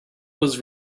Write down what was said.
was